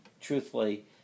truthfully